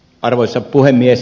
arvoisa puhemies